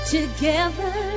Together